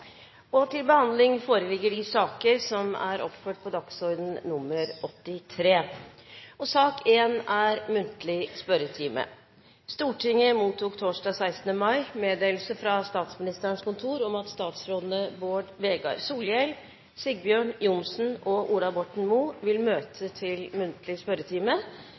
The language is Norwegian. Stortinget mottok torsdag 16. mai meddelelse fra Statsministerens kontor om at statsrådene Bård Vegar Solhjell, Sigbjørn Johnsen og Ola Borten Moe vil møte til muntlig spørretime.